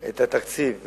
תקציב,